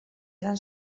eran